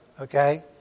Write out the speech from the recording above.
okay